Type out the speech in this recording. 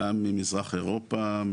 גם ממזרח אירופה,